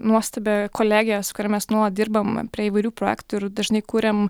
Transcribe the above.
nuostabią kolegę su kuria mes nuolat dirbam prie įvairių projektų ir dažnai kuriam